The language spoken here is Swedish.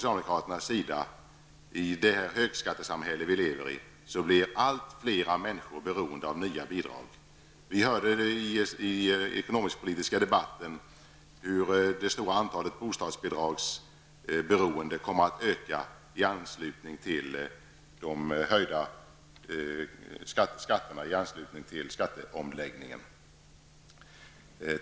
I det högskattesamhälle som vi lever i blir allt fler människor beroende av nya bidrag. Vi hörde i den ekonomisk-politiska debatten hur det stora antalet bostadsbidragsberoende kommer att öka till följd av de höjda skatterna i anslutning till skatteomläggningen.